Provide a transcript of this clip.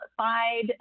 side